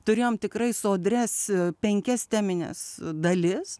turėjom tikrai sodrias penkias temines dalis